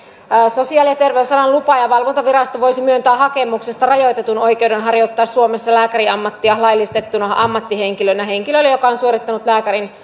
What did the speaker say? sosiaali ja terveysalan lupa ja valvontavirasto voisi myöntää hakemuksesta rajoitetun oikeuden harjoittaa suomessa lääkärin ammattia laillistettuna ammattihenkilönä henkilölle joka on suorittanut lääkärin